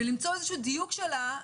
ולמצוא איזשהו דיוק שלה,